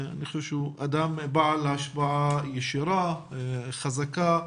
אני חושב שהוא אדם בעל השפעה ישירה, חזקה,